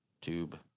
tube